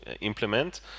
implement